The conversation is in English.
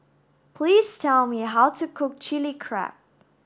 please tell me how to cook Chilli Crab